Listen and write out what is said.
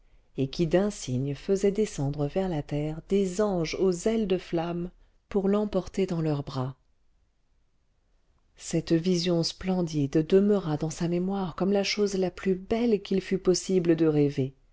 et qui d'un signe faisait descendre vers la terre des anges aux ailes de flamme pour l'emporter dans leurs bras cette vision splendide demeura dans sa mémoire comme la chose la plus belle qu'il fût possible de rêver